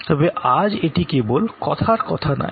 তবে আজ এটি কেবল কথার কথা নয়